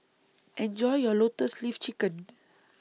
Enjoy your Lotus Leaf Chicken